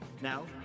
now